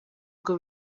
ngo